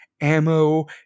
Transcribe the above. ammo